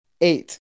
Eight